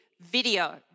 video